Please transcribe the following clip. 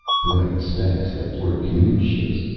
bright specks that were commute ships,